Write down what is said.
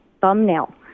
thumbnail